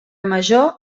major